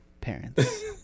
parents